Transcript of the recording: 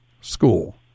school